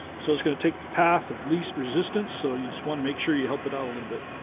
so it's gonna take the path of least resistance so you just want to make sure you help it out a little bit